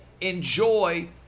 enjoy